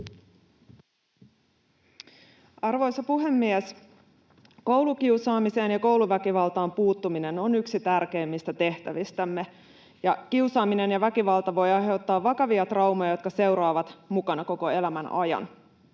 Arvoisa puhemies! Koulukiusaamiseen ja kouluväkivaltaan puuttuminen on yksi tärkeimmistä tehtävistämme. Kiusaaminen ja väkivalta voivat aiheuttaa vakavia traumoja, jotka seuraavat mukana koko elämän ajan.